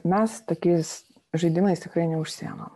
mes tokiais žaidimais tikrai neužsiimam